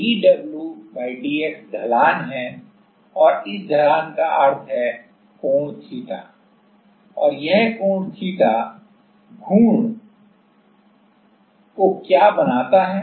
Dwdx ढलान है और इस ढलान का अर्थ है कोण थीटा और यह कोण थीटा घूर्ण को क्या बनाता है